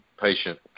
patient